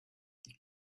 ich